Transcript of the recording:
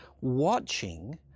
watching